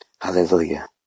hallelujah